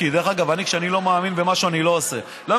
דרך אגב, אני, כשאני לא מאמין במשהו, אני לא עושה.